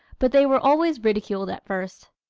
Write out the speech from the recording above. but they were always ridiculed at first.